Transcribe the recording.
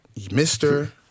Mr